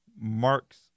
marks